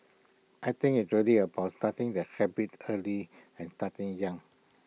I think it's really about starting the habit early and starting young